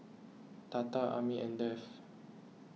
Tata Amit and Dev